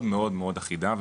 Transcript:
מאוד מאוד אחידה,